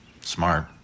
Smart